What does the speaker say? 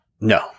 No